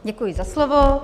Děkuji za slovo.